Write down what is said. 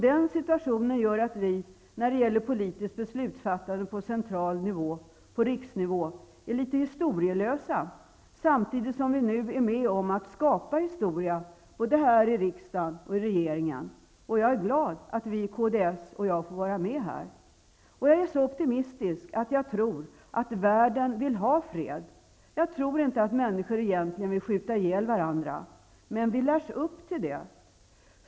Den situationen gör att vi, när det gäller politiskt beslutsfattande på central nivå, riksnivå, är litet historielösa, samtidigt som vi nu är med om att skapa historia både här i riksdagen och i regeringen. Jag är glad över att vi i kds får vara med här. Jag är så optimistisk att jag tror att världen vill ha fred. Jag tror inte att människor egentligen vill skjuta ihjäl varandra. Men vi lärs upp till det.